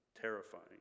terrifying